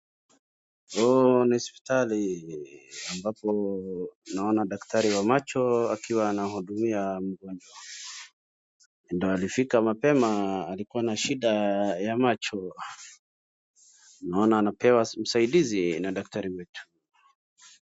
Huu ni hospitali ambapo naona daktari wa macho akiwa anahudumia mgonjwa. Ndio alifika mapema alikuwa na shida ya macho. Naona anapewa usaidizi na daktari wetu.